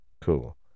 Cool